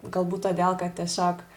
galbūt todėl kad tiesiog